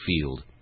field